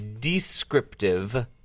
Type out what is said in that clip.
descriptive